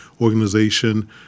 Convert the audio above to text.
Organization